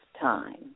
time